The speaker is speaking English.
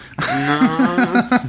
No